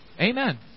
Amen